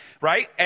right